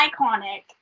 iconic